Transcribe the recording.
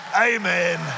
amen